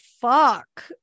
fuck